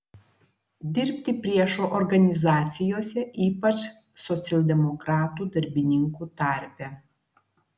dirbti priešo organizacijose ypač socialdemokratų darbininkų tarpe